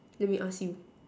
let me ask you